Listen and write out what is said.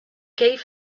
gave